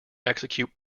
execute